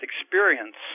experience